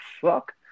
fuck